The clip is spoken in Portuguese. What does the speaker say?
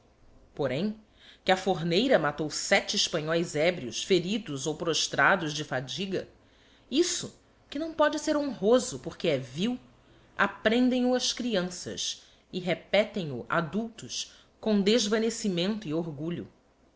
porém que a forneira matou sete hespanhoes ebrios feridos ou prostrados de fadiga isso que não póde ser honroso porque é vil aprendem o as crianças e repetem o adultos com desvanecimento e orgulho